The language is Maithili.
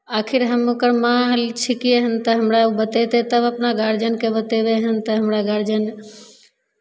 आखिर हम ओकर माँ छिकै हन तऽ हमरा ओ बतयतै तब अपना गारजनके बतयबै हम तऽ हमरा गारजन